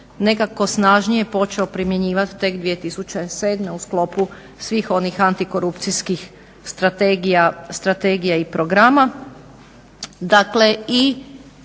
nekako snažnije počeo primjenjivat tek 2007. u sklopu svih onih antikorupcijskih strategija i programa, dakle i